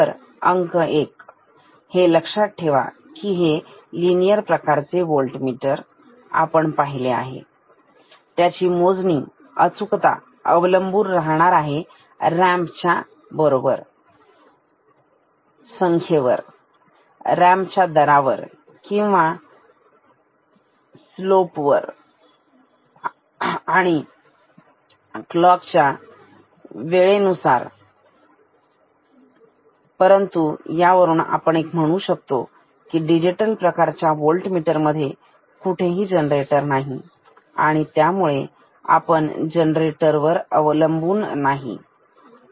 तर अंक एक हे लक्षात ठेवा कि लिनियर प्रकारचे व्होल्टमीटर आपण पाहिले आहे की त्याची मोजणी अचूकता अवलंबून राहणार आहे रॅम्प च्या बरोबर संख्येवर रॅम्प च्या दरावर किंवा आमच्या स्लोप वर आणि क्लॉक च्या वेगावर परंतु यावरून आपण एक म्हणू शकतो या डिजिटल प्रकारच्या वोल्टमीटर मध्ये कुठेही जनरेटर नाही त्यामुळे आपण जनरेटर वर अवलंबून राहू शकत नाही